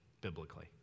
biblically